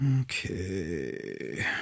Okay